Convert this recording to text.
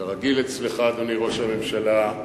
כרגיל אצלך, אדוני ראש הממשלה,